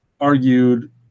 argued